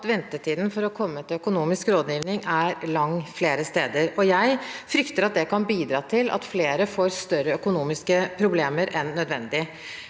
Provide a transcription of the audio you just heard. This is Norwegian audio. ventetiden for å komme til økonomisk rådgivning er lang flere steder, og jeg frykter at det kan bidra til at flere får større økonomiske problemer enn nødvendig.